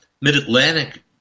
Mid-Atlantic